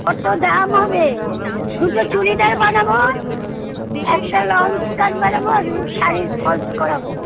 কতো দাম হবে দুটো চুড়িদার বানাবো একটা লং স্কার্ট বানাবো আর শাড়ির ফলস করাবো